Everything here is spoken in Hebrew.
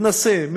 מתנשא,